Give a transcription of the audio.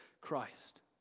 Christ